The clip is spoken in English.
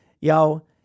yo